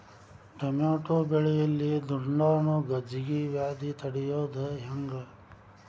Tomato ಬೆಳೆಯಲ್ಲಿ ದುಂಡಾಣು ಗಜ್ಗಿ ವ್ಯಾಧಿ ತಡಿಯೊದ ಹೆಂಗ್?